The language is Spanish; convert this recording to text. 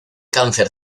cáncer